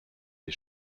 des